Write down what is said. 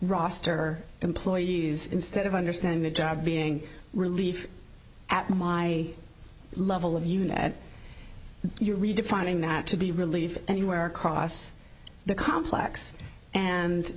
roster employees instead of understanding the job being relief at my level of you know at you're redefining that to be relief anywhere across the complex and